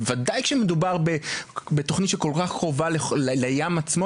בוודאי כשמדובר בתוכנית שכל כך קרובה לים עצמו,